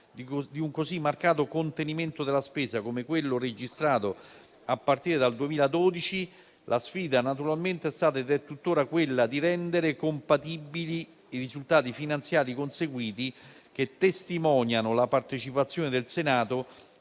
di un così marcato contenimento della spesa, come quello registrato a partire dal 2012, la sfida, naturalmente, è stata ed è tuttora quella di rendere compatibili i risultati finanziari conseguiti: essi testimoniano la partecipazione del Senato